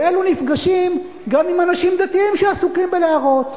ואלו נפגשים גם עם אנשים דתיים שעסוקים בלהראות.